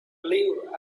live